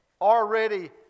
already